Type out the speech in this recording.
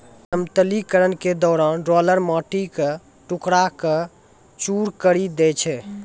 समतलीकरण के दौरान रोलर माटी क टुकड़ा क चूर करी दै छै